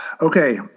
okay